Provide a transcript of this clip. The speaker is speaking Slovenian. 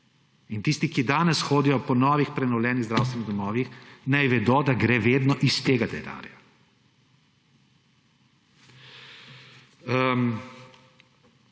Tisti, ki danes hodijo po novih, prenovljenih zdravstvenih domovih, naj vedo, da gre vedno iz tega denarja.